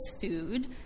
food